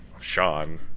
Sean